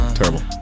terrible